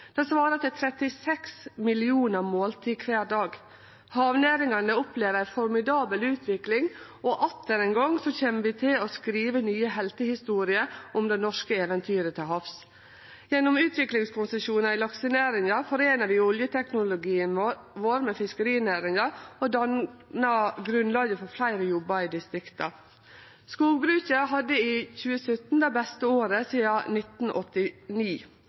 Det svarar til 36 millionar måltid kvar dag. Havnæringane opplever ei formidabel utvikling, og atter ein gong kjem vi til å skrive nye heltehistorier om det norske eventyret til havs. Gjennom utviklingskonsesjonar i laksenæringa foreinar vi oljeteknologien vår med fiskerinæringa og dannar grunnlag for fleire jobbar i distrikta. Skogbruket hadde i 2017 det beste året sidan 1989.